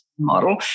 model